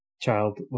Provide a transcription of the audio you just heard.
child